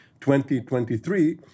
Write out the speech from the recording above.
2023